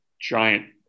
giant